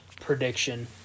prediction